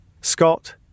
Scott